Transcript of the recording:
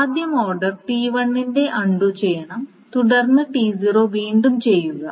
ആദ്യം order T1 ന്റെ undo ചെയ്യണം തുടർന്ന് T0 വീണ്ടും ചെയ്യുക